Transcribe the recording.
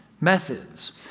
methods